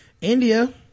india